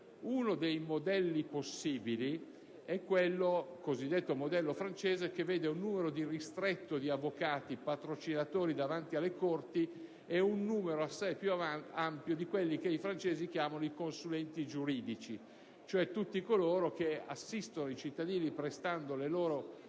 Uno dei modelli possibili, il cosiddetto modello francese, vede un numero ristretto di avvocati patrocinatori davanti alle corti e un numero assai più ampio di quelli che i francesi chiamano i consulenti giuridici, cioè tutti coloro che assistono i cittadini dando le loro